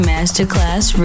Masterclass